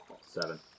seven